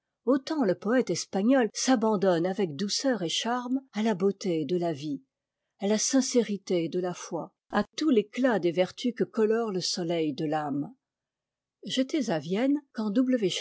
autant le poëte espagnol s'abandonne avec douceur et charme à la beauté de la vie à ta sincérité de la foi à tout l'éclat des vertus que colore le soleil de l'âme j'étais à vienne quand